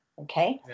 okay